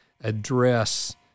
address